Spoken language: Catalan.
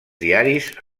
diaris